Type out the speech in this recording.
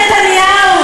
נתניהו?